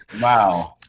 Wow